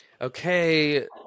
Okay